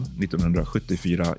1974